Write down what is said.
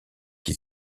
qui